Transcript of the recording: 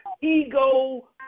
ego